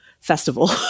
festival